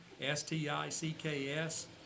S-T-I-C-K-S